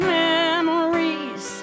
memories